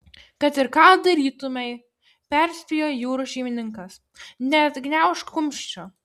kad ir ką darytumei perspėjo jūrų šeimininkas neatgniaužk kumščio